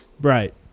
Right